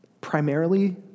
primarily